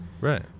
right